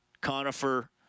conifer